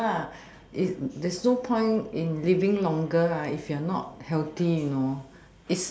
ya there's no point in living longer if your not healthy you know